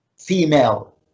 female